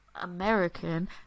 American